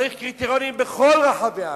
צריך קריטריונים בכל רחבי הארץ.